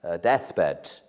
deathbed